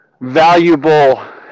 valuable